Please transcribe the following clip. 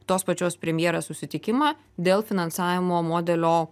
tos pačios premjerės susitikimą dėl finansavimo modelio